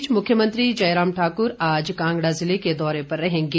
इस बीच मुख्यमंत्री जयराम ठाकुर आज कांगड़ा जिले के दौरे पर रहेंगे